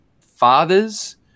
fathers